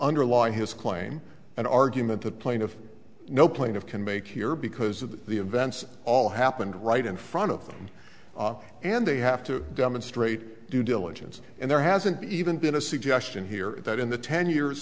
underlie his claim and argument the plaintiff no playing of can make here because of the events all happened right in front of them and they have to demonstrate due diligence and there hasn't even been a suggestion here that in the ten years